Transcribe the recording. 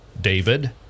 David